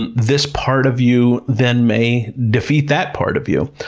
and this part of you then may defeat that part of you.